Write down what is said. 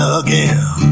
again